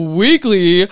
weekly